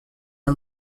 the